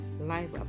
life